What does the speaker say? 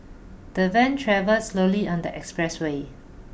the van travelled slowly on the express way